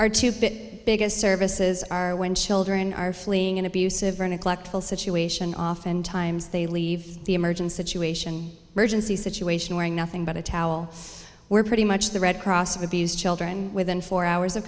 biggest services are when children are fleeing an abusive or neglectful situation often times they leave the emergency situation urgency situation wearing nothing but a towel were pretty much the red cross of abused children within four hours of